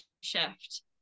shift